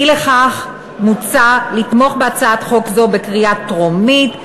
אי-לכך מוצע לתמוך בהצעת חוק זו בקריאה טרומית,